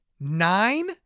nine